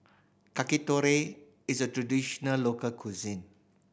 yakitori is a traditional local cuisine